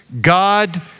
God